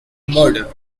murder